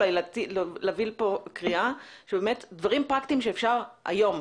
להביא פה לקריאה באמת דברים פרקטיים שאפשר היום,